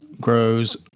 grows